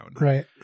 Right